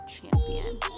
champion